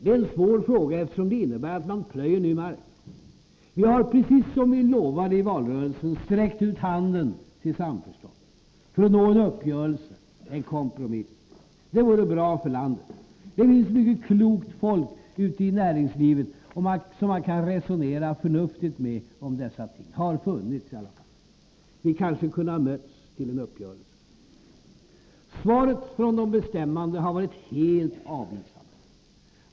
Det är en svår fråga, eftersom den innebär att man plöjer ny mark. Vi har, precis som vi lovade i valrörelsen, sträckt ut handen till samförstånd, för att nå en uppgörelse och en kompromiss. Det vore bra för landet. Det finns mycket klokt folk ute i näringslivet som man kan resonera förnuftigt med om dessa ting. Vi kanske kunde ha mött dem i en uppgörelse. Svaret från de bestämmande har varit helt avvisande.